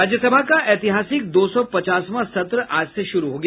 राज्य सभा का ऐतिहासिक दो सौ पचासवां सत्र आज से शुरू हो गया